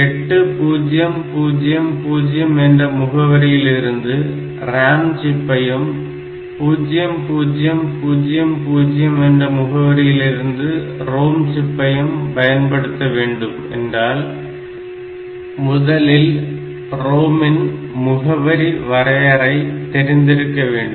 8000 என்ற முகவரியிலிருந்து RAM சிப்பையும் 0000 என்ற முகவரியிலிருந்து ROM சிப்பையும் பயன்படுத்த வேண்டும் என்றால் முதலில் ROM இன் முகவரி வரையறை தெரிந்திருக்க வேண்டும்